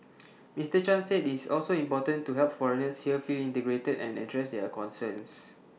Mister chan said it's also important to help foreigners here feel integrated and address their concerns